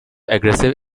aggressive